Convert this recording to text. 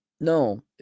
No